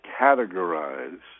categorize